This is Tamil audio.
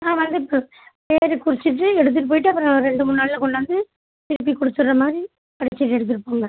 ஆ வந்து இப்போ பேரு குறிச்சிகிட்டு எடுத்துகிட்டு போய்கிட்டு அப்புறம் ரெண்டு மூண் நாளில் கொண்டாந்து திருப்பி கொடுத்துற மாதிரி படிச்சிவிட்டு எடுத்துகிட்டு போங்க